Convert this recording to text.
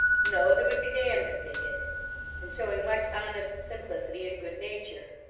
no, they would be damned if they did and showing much honest simplicity and good nature.